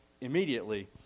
immediately